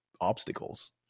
obstacles